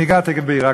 אני אגע תכף בעיראק,